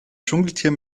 dschungeltier